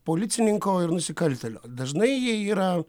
policininko ir nusikaltėlio dažnai jie yra